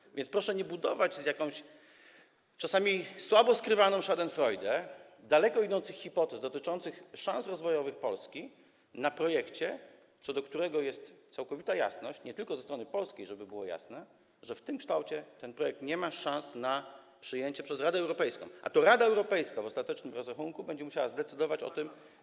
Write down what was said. Proszę więc nie budować, z jakąś czasami słabo skrywaną schadenfreude, daleko idących hipotez dotyczących szans rozwojowych Polski w oparciu o projekt, co do którego jest całkowita jasność, nie tylko ze strony polskiej, żeby było jasne, że w tym kształcie nie ma on szans na przyjęcie przez Radę Europejską, a to Rada Europejska w ostatecznym rozrachunku będzie musiała zdecydować o tym.